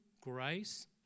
grace